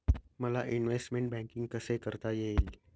मला investment banking कसे कसे करता येईल?